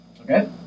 Okay